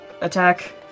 attack